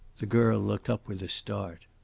the girl looked up with a start.